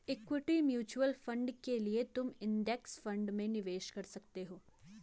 equity mutual fund के लिए तुम इंडेक्स फंड में निवेश कर सकते हो